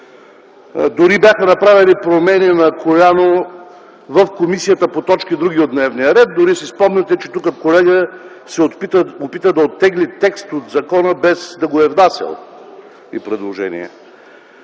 Бяха направени промени на коляно в комисията в точка „Други” от дневния ред. Спомняте си, че дори тук колега се опита да оттегли текст от закона, без да го е внасял като предложение.